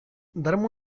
darme